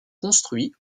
construit